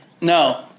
No